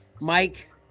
Mike